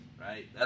right